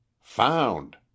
Found